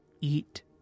eat